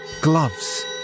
gloves